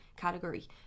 category